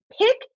pick